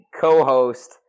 co-host